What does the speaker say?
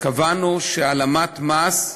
קבענו שהעלמת מס,